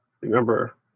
remember